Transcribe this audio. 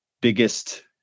biggest